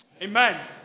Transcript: Amen